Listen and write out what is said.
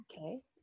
okay